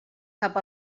cap